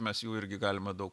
mes jų irgi galima daug